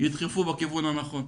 ידחפו בכיוון הנכון.